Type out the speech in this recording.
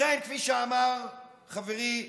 לכן, כפי שאמר חברי קודם,